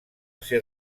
ser